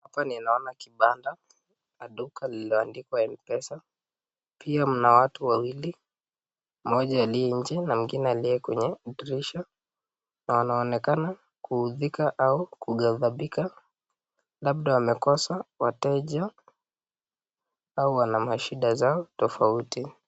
Hapa ninaona kibanda duka liloandikwa mpesa pia mna watu wawili mmoja aliye nje na mwingine aliye kwenye dirisha na wanaonekana kuudhika au kughadhabika labda wamekosa wateja au wana mashida zao tofauti.